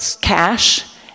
cash